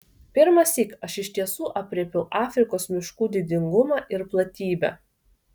pirmąsyk aš iš tiesų aprėpiau afrikos miškų didingumą ir platybę